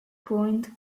point